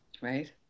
right